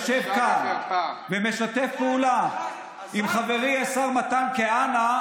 יושב כאן ומשתף פעולה עם חברי השר מתן כהנא,